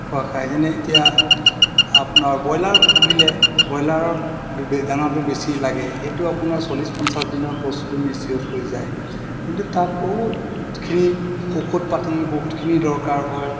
খোৱা খায় যেনে এতিয়া আপোনাৰ ব্ৰইলাৰ পুহিলে ব্ৰইলাৰত দানাটো বেছি লাগে সেইটো আপোনাৰ চল্লিছ পঞ্চাছ দিনৰ বস্তুটো মিচিয়ৰ্ড হৈ যায় কিন্তু তাত বহুতখিনি ঔষধ পাতি বহুতখিনি দৰকাৰ হয়